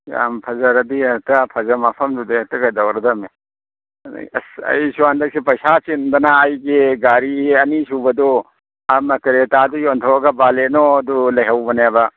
ꯌꯥꯝ ꯐꯖꯔꯗꯤ ꯍꯦꯛꯇ ꯃꯐꯝꯗꯨꯗ ꯍꯦꯛꯇ ꯀꯧꯗꯧꯔꯗꯝꯅꯤ ꯑꯗꯒꯤ ꯑꯦꯁ ꯑꯩꯁꯨ ꯍꯟꯗꯛꯁꯤ ꯄꯩꯁꯥ ꯆꯤꯟꯗꯅ ꯑꯩꯒꯤ ꯒꯥꯔꯤ ꯑꯅꯤ ꯁꯨꯕꯗꯣ ꯑꯃ ꯀꯦꯔꯦꯇꯥꯗꯨ ꯌꯣꯟꯊꯣꯛꯑꯒ ꯕꯥꯂꯦꯅꯣꯗꯨ ꯂꯩꯍꯧꯕꯅꯦꯕ